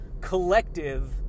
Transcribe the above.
collective